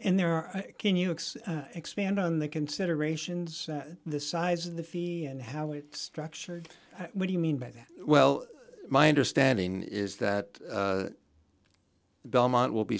and there are can you accept expand on the considerations the size of the fee and how it's structured what do you mean by that well my understanding is that the belmont will be